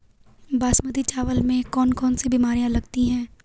बासमती चावल में कौन कौन सी बीमारियां लगती हैं?